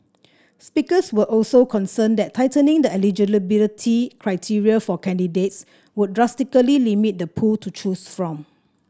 speakers were also concerned that tightening the eligibility criteria for candidates would drastically limit the pool to choose from